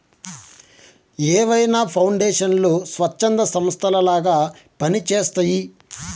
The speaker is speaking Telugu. ఏవైనా పౌండేషన్లు స్వచ్ఛంద సంస్థలలాగా పని చేస్తయ్యి